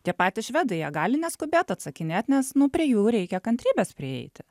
tie patys švedai jie gali neskubėt atsakinėt nes nu prie jų reikia kantrybės prieiti